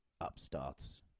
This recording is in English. upstarts